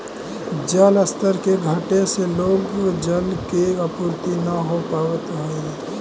जलस्तर के घटे से लोग के जल के आपूर्ति न हो पावित हई